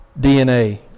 DNA